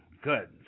Good